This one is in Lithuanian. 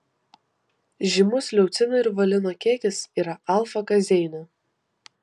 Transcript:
žymus leucino ir valino kiekis yra alfa kazeine